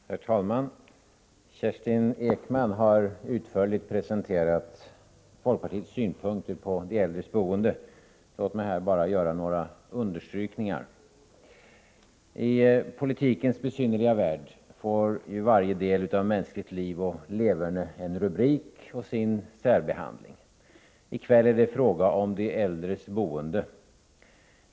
Herr talman! Kerstin Ekman har utförligt presenterat folkpartiets synpunkter på de äldres boende. Låt mig här bara göra några understrykningar. I politikens besynnerliga värld får varje del av mänskligt liv och leverne sin rubrik och sin särbehandling. I kväll är det fråga om de äldres boende.